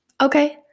Okay